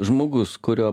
žmogus kurio